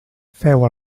feu